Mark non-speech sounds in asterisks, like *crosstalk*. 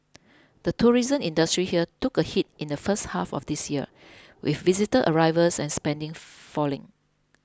the tourism industry here took a hit in the first half of this year with visitor arrivals and spending *noise* falling